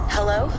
Hello